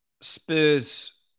Spurs